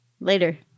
later